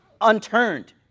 unturned